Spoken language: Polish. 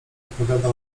odpowiada